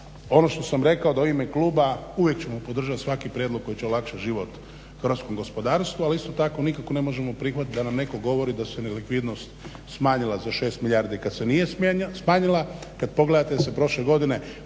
ono što sam rekao da u ime kluba uvijek ćemo podržati svaki prijedlog koji će olakšati život hrvatskom gospodarstvu ali isto tako nikako ne možemo prihvatiti da nam netko govori da se nelikvidnost smanjila za 6 milijardi kad se nije smanjila. Kad pogledate da se prošle godine